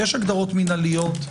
יש הגדרות מינהליות.